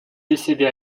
décédée